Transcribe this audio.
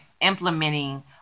implementing